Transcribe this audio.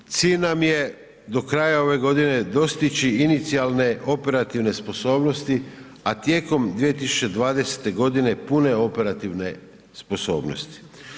Cilj nam je do kraja ove godine dostići inicijalne operativne sposobnosti, a tijekom 2020. godine pune operativne sposobnosti.